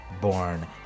born